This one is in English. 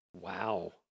Wow